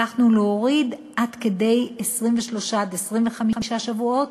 והצלחנו להוריד עד כדי 23 עד 25 שבועות